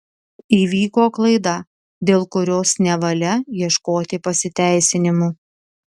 įvyko klaida dėl kurios nevalia ieškoti pasiteisinimų